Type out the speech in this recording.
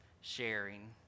sharing